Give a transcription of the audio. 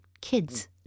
kids